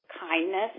kindness